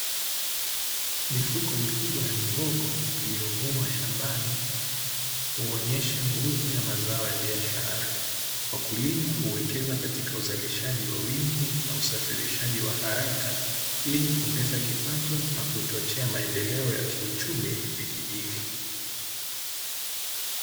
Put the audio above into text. Mifuko mikubwa ya mihogo iliyovunwa shambani huonyesha nguvu ya mazao ya biashara, wakulima huwekeza katika uzalishaji wa wingi na usafirishaji wa haraka ili kuongeza kipato na kuchochea maendeleo ya kiuchumi ya vijijini.